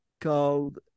called